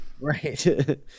Right